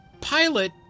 pilot